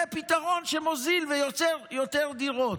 זה פתרון שמוזיל ויוצר יותר דירות.